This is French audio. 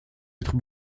être